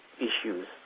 issues